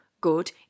good